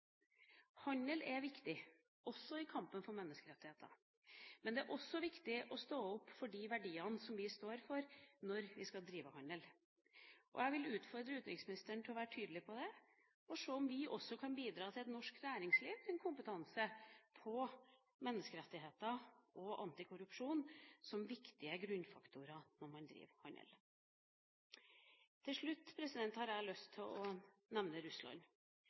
Handel er viktig, også i kampen for menneskerettigheter, men det er også viktig å stå opp for de verdiene vi står for når vi skal drive handel. Jeg vil utfordre utenriksministeren til å være tydelig på det og se om vi også kan bidra til norsk næringslivs kompetanse på menneskerettigheter og antikorrupsjon som viktige grunnfaktorer når man driver handel. Til slutt har jeg lyst til å nevne Russland,